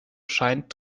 scheint